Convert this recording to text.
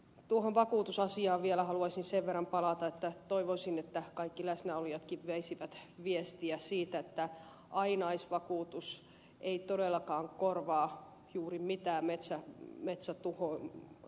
tuohon vakuutusasiaan vielä haluaisin sen verran palata että toivoisin että kaikki läsnäolijatkin veisivät viestiä siitä että ainaisvakuutus ei todellakaan korvaa juuri mitään metsätuhoja